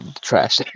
trash